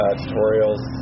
tutorials